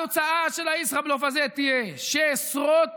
התוצאה של הישראבלוף הזה תהיה שעשרות